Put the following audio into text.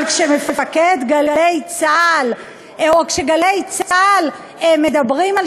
אבל כשמפקד "גלי צה"ל" כש"גלי צה"ל" מדברים על